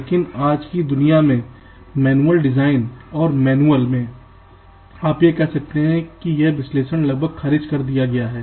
लेकिन आज की दुनिया के मैनुअल डिजाइन और मैन्युअल में आप यह कह सकते हैं कि यह विश्लेषण लगभग खारिज कर दिया गया है